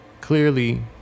Clearly